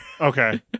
Okay